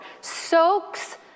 Soaks